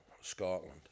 Scotland